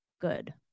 good